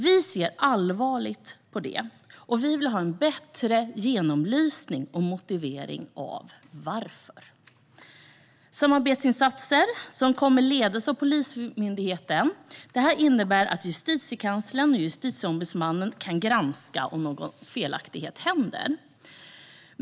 Vi ser allvarligt på det, och vi vill ha en bättre genomlysning och motivering till varför. Samarbetsinsatser kommer att ledas av Polismyndigheten. Det innebär att Justitiekanslern och Justitieombudsmannen kan granska om någon felaktighet händer.